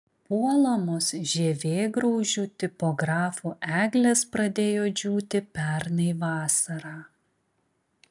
puolamos žievėgraužių tipografų eglės pradėjo džiūti pernai vasarą